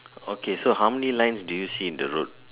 okay so how many lines do you see in the road